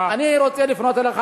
אני רוצה לפנות אליך,